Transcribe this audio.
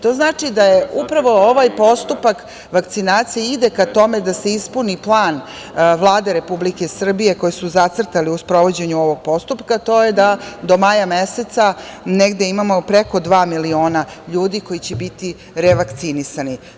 To znači da upravo ovaj postupak vakcinacije ide ka tome da se ispuni plan Vlade Republike Srbije koji su zacrtali u sprovođenju ovog postupka, a to je da do maja meseca negde imamo preko dva miliona ljudi koji će biti revakcinisani.